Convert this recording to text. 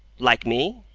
like me?